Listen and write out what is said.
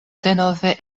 denove